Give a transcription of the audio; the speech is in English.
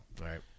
right